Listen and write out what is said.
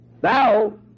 Thou